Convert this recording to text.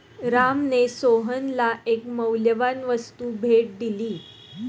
रामने सोहनला एक मौल्यवान वस्तू भेट दिली